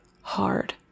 hard